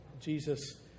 Jesus